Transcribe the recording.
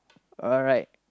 alright